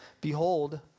Behold